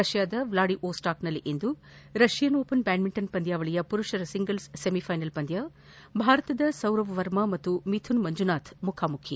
ರಷ್ಲಾದ ವ್ಲಾಡಿವೊಸ್ಲಾಕ್ನಲ್ಲಿ ಇಂದು Russian open badminton ಪಂದ್ಲಾವಳಿಯ ಪುರುಷರ ಸಿಂಗಲ್ಸ್ ಸೆಮಿಫ್ನೆನಲ್ ಪಂದ್ಯ ಭಾರತದ ಸೌರಭ್ ವರ್ಮಾ ಮಿಥುನ್ ಮಂಜುನಾಥ್ ಮುಖಾಮುಖಿ